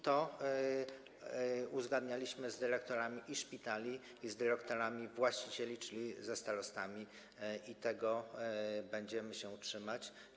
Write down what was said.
To uzgadnialiśmy i z dyrektorami szpitali, i z dyrektorami właścicieli, czyli ze starostami, i tego będziemy się trzymać.